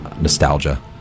nostalgia